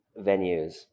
venues